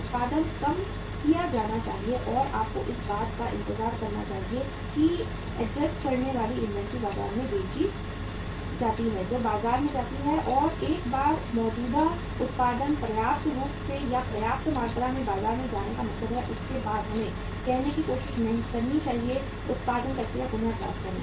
उत्पादन कम किया जाना चाहिए और आपको इस बात का इंतजार करना चाहिए कि एडजस्ट करने वाली इन्वेंट्री बाजार में बेची जाती है जो बाजार में जाती है और एक बार मौजूदा उत्पादन पर्याप्त रूप से या पर्याप्त मात्रा में बाजार में जाने का मतलब है उसके बाद हमें कहने की कोशिश करनी चाहिए उत्पादन प्रक्रिया पुनः प्राप्त करें